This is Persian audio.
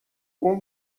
اون